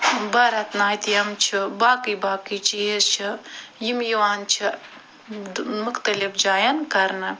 بھارت ناتیم چھُ باقٕے باقٕے چیٖز چھِ یِم یِوان چھِ مختلف جایَن کرنہٕ